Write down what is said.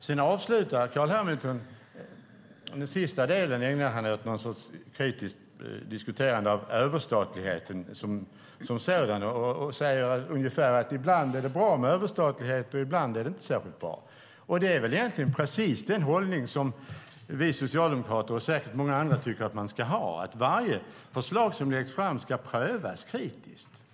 Den sista delen ägnar Carl B Hamilton åt någon sorts kritiskt diskuterande av överstatligheten som sådan och säger ungefär att ibland är det med överstatlighet och att det ibland inte är särskilt bra. Det är väl egentligen precis den hållning som vi socialdemokrater och säkert många andra tycker att vi ska ha, att varje förslag som läggs fram ska prövas kritiskt.